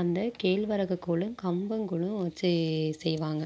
அந்த கேழ்வரகு கூழும் கம்பங்கூழும் செய் செய்வாங்க